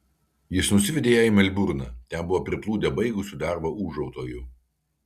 jis nusivedė ją į melburną ten buvo priplūdę baigusių darbą ūžautojų